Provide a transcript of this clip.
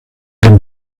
dem